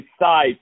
decide